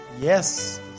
yes